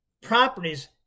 properties